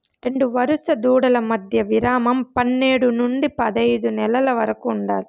రెండు వరుస దూడల మధ్య విరామం పన్నేడు నుండి పదైదు నెలల వరకు ఉండాలి